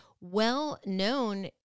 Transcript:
well-known